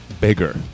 bigger